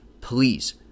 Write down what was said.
please